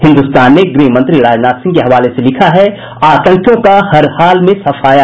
हिन्दुस्तान ने गृह मंत्री राजनाथ सिंह के हवाले से लिखा है आतंकियों का हर हाल में सफाया